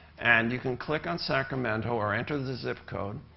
and you can click on sacramento, or enter the zip code,